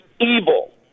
evil